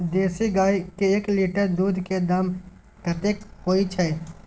देसी गाय के एक लीटर दूध के दाम कतेक होय छै?